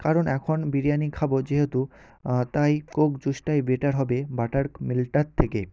কারণ এখন বিরিয়ানি খাবো যেহেতু তাই কোক জুসটাই বেটার হবে বাটার মিল্কটার থেকে